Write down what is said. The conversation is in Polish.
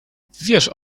wiesz